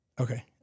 Okay